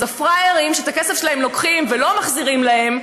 אז הפראיירים שאת הכסף שלהם לוקחים ולא מחזירים להם,